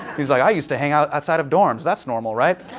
he was like, i used to hang outside of dorms. that's normal, right?